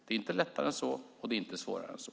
Det är inte lättare än så, och det är inte svårare än så.